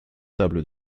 table